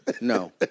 No